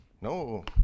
No